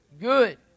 good